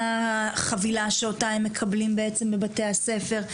מה החבילה שאותה הם מקבלים בעצם בבתי הספר,